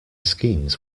schemes